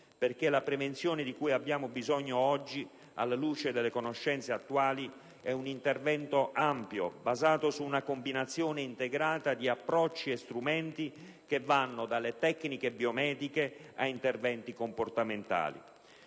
La prevenzione di cui abbiamo bisogno oggi, alla luce delle conoscenze attuali, è un intervento ampio, basato su una combinazione integrata di approcci e strumenti che vanno dalle tecniche biomediche agli interventi comportamentali.